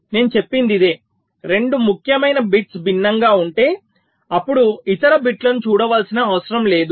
నేను చెప్పింది ఇదే 2 ముఖ్యమైన బిట్స్ భిన్నంగా ఉంటే అప్పుడు ఇతర బిట్లను చూడవలసిన అవసరం లేదు